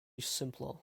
simpler